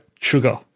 Sugar